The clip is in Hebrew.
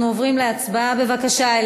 אנחנו עוברים להצבעה, בבקשה.